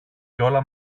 κιόλα